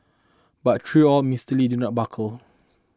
but tree all Mister Lee did not buckle